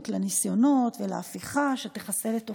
לניסיונות ולהפיכה שתחסל את אופייה.